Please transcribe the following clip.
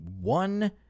One